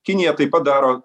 kinija taip pat daro